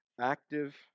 active